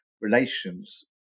relations